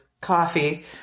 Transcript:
coffee